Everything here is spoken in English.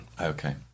Okay